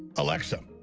alexa,